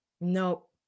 no